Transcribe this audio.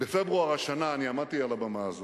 בפברואר השנה אני עמדתי על הבמה הזאת.